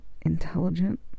intelligent